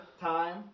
time